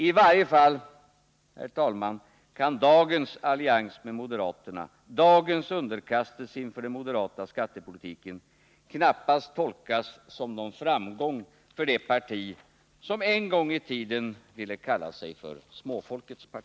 I varje fall, herr talman, kan dagens allians med moderaterna, dagens underkastelse under den moderata skattepolitiken, knappast tolkas som någon framgång för ett parti som en gång i tiden ville kalla sig för småfolkets parti.